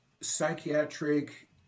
Psychiatric